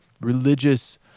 religious